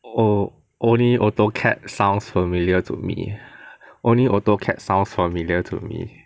oh only Autocad sounds familiar to me only Autocad sounds familiar to me